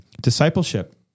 Discipleship